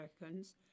Americans